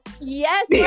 Yes